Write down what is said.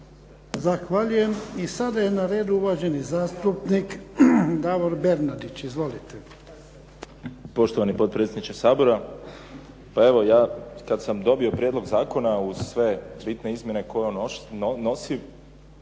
Zahvaljujem. I sada je na redu uvaženi zastupnik Davor Bernardić. Izvolite. **Bernardić, Davor (SDP)** Poštovani potpredsjedniče Sabora, pa evo ja kad sam dobio prijedlog zakona uz sve bitne izmjene koje on nosi,